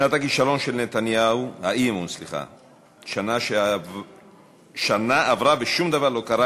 שנת הכישלון של נתניהו, שנה עברה ושום דבר לא קרה.